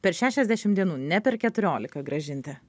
per šešiasdešim dienų ne per keturiolika grąžinti